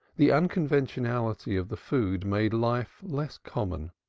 the unconventionally of the food made life less common,